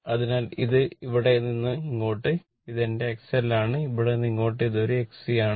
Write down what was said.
അതിനാൽ ഇത് ഇവിടെ നിന്ന് ഇങ്ങോട്ട് ഇത് എന്റെ XL ആണ് ഇവിടെ നിന്ന് ഇങ്ങോട്ട് ഇത് ഒരു XC ആണ്